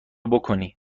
بکنی